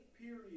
period